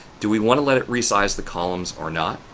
do we want to let it resize the columns or not?